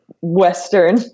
Western